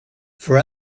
for